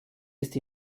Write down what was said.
ist